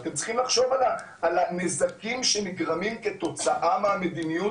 אתם צריכים לחשוב על הנזקים שנגמרים כתוצאה מהמדיניות.